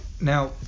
Now